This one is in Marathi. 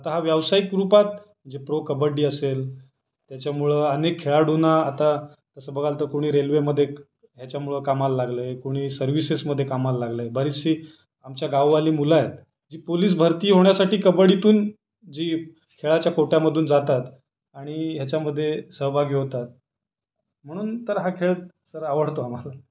आता हा व्यवसायिक रूपात जे प्रो कबड्डी असेल त्याच्यामुळं अनेक खेळाडूंना आता तसं बघाल तर कोणी रेल्वेमध्ये ह्याच्यामुळं कामाला लागलं आहे कोणी सर्व्हिसेसमध्ये कामाला लागलं आहे बरीचशी आमच्या गाववाली मुलं आहेत जी पोलीस भरती होण्यासाठी कबड्डीतून जी खेळाच्या कोट्यामधून जातात आणि ह्याच्यामध्ये सहभागी होतात म्हणून तर हा खेळ सर आवडतो आम्हाला